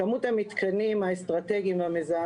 ככל שיאושרו ארבע תוכניות, המדינה, רשות